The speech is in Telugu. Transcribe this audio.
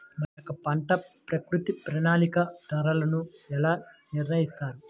మా యొక్క పంట ఉత్పత్తికి ప్రామాణిక ధరలను ఎలా నిర్ణయిస్తారు?